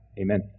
Amen